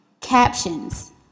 Captions